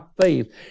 faith